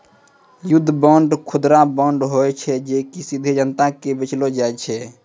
युद्ध बांड, खुदरा बांड होय छै जे कि सीधे जनता के बेचलो जाय छै